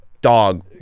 dog